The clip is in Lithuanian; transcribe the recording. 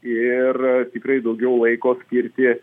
ir tikrai daugiau laiko skirti